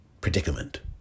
predicament